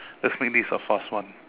let's make this a fast one